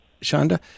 Shonda